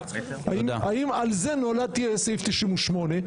האם על זה נולד סעיף 98,